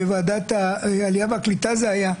בוועדת העלייה והקליטה זה היה,